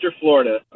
Florida